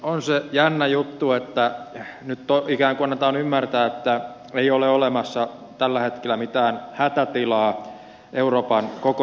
on se jännä juttu että nyt ikään kuin annetaan ymmärtää että ei ole olemassa tällä hetkellä mitään hätätilaa euroopan koko rahoitusvakauden osalta